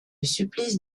supplice